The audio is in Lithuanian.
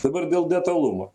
dabar dėl detalumo